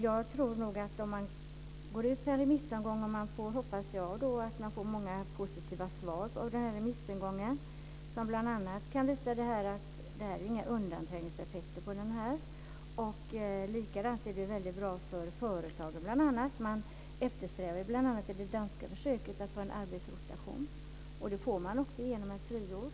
Jag tror att om man går ut med en remissomgång - där jag hoppas och tror att man får många positiva svar - så kommer det bl.a. att visa sig att det inte finns några undanträngningseffekter. Likaså är det bl.a. väldigt bra för företagen. Man eftersträvar t.ex. i det danska försöket att få en arbetsrotation. Det får man också genom ett friår.